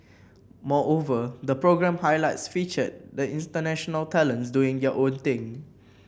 moreover the programme highlights featured the international talents doing their own thing